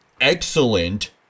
excellent